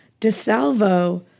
DeSalvo